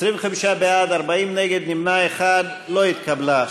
25 בעד, 40 נגד, נמנע אחד, לא התקבלה.